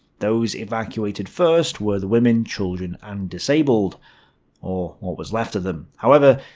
those evacuated first were the women, children and disabled or what was left of them. however,